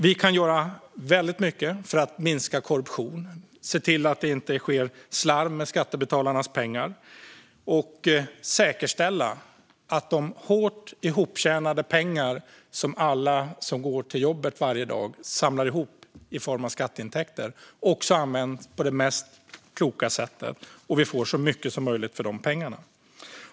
Vi kan göra väldigt mycket för att minska korruption och se till att det inte slarvas med skattebetalarnas pengar, liksom för att säkerställa att de hårt ihoptjänade pengar som alla som går till jobbet varje dag samlar ihop till i form av skatteintäkter används på det klokaste sättet, så att vi får så mycket som möjligt för pengarna.